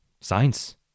science